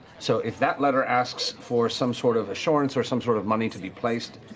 so if that letter asks for some sort of assurance or some sort of money to be placed